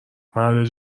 مرد